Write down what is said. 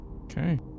Okay